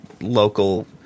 local